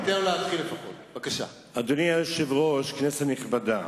אדוני היושב-ראש, כנסת נכבדה,